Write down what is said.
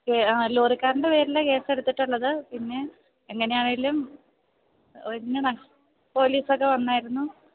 ലോറിക്കാരൻ്റെ പേരിലാണു കേസെടുത്തിട്ടുള്ളത് പിന്നെ എങ്ങനെയായാലും എന്നതാ പോലീസൊക്കെ വന്നാരുന്നു